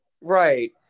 Right